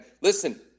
Listen